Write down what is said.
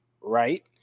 Right